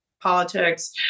politics